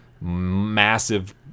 massive